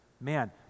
man